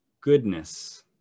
goodness